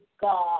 God